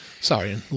Sorry